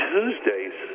Tuesdays